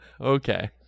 Okay